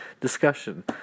discussion